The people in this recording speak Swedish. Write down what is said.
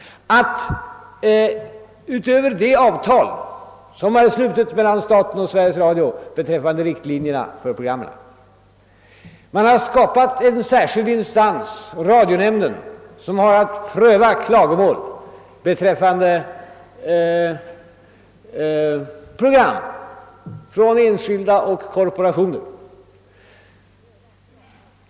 Utöver det avtal som är slutet mellan staten och Sveriges Radio beträffande riktlinjerna för programmen har tillskapats en särskild instans, Radionämnden, som har att pröva klagomål beträffande program från enskilda och korporationer.